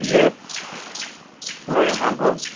यसलाई हाम्रो